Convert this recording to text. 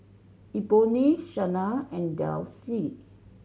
Eboni Shania and Delcie